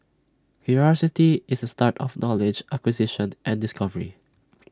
curiosity is the start of knowledge acquisition and discovery